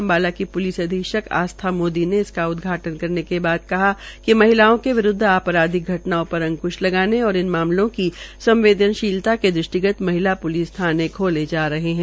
अम्बाला की प्लिस अधीक्षक आस्था मोदी ने इसका उदघाटन् करने के बाद कहा कि महिलाओं के विरूदव आपराधिक घटनाओं पर अक्श लगाने और इस मामलों की संवदेनशीलता के दृष्टिगत महिला प्लिस थाने खोले जा रहे है